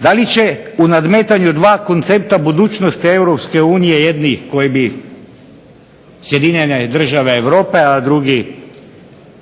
Da li će u nadmetanju dva koncepta budućnost Europske unije jedni koji bi sjedinjene države Europe, a drugi